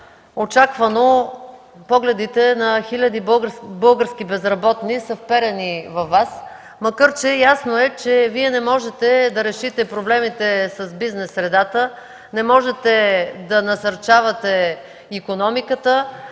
Очаквано погледите на хиляди български безработни са вперени във Вас, макар че е ясно, че не можете да решите проблемите с бизнес средата, не можете да насърчавате икономиката,